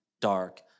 dark